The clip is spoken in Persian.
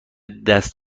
دست